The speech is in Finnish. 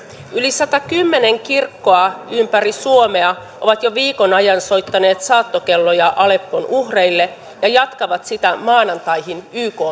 yli satakymmentä kirkkoa ympäri suomea on jo viikon ajan soittanut saattokelloja aleppon uhreille ja ne jatkavat sitä maanantaihin ykn päivään